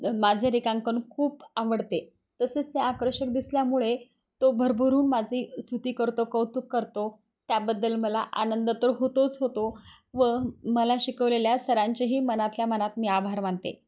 माझे रेखांकन खूप आवडते तसेच ते आकर्षक दिसल्यामुळे तो भरभरून माझी स्तुति करतो कौतुक करतो त्याबद्दल मला आनंद तर होतोच होतो व मला शिकवलेल्या सरांचेही मनातल्या मनात मी आभार मानते